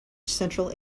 central